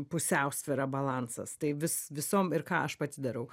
pusiausvyra balansas tai vis visom ir ką aš pati darau